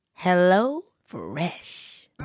HelloFresh